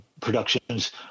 productions